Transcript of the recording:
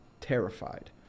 Terrified